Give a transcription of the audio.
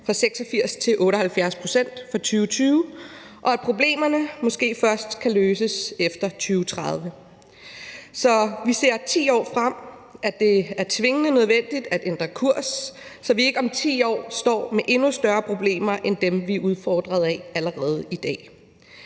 fra 86 pct. til 78 pct. for 2020, og at problemerne måske først kan løses efter 2030. Så ser vi 10 år frem, er det tvingende nødvendigt at ændre kurs, altså så vi ikke om 10 år står med endnu større problemer end dem, vi er udfordret af allerede i dag.